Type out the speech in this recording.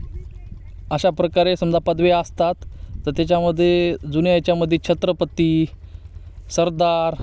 अशा प्रकारे समजा पदव्या असतात तर त्याच्यामध्ये जुन्या याच्यामध्ये छत्रपती सरदार